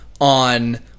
on